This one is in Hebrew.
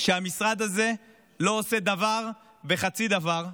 שהמשרד הזה לא עושה דבר וחצי דבר,